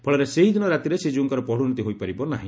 ଫଳରେ ସେହିଦିନ ରାତିରେ ଶ୍ରୀଜୀଉଙ୍କର ପହୁଡ ନୀତି ହୋଇପାରିବ ନାହି